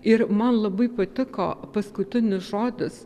ir man labai patiko paskutinis žodis